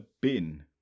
bin